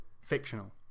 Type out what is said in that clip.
fictional